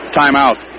timeout